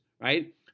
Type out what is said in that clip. right